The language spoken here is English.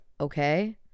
okay